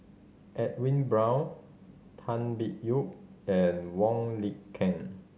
Edwin Brown Tan Biyun and Wong Lin Ken